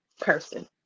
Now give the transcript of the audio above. person